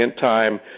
time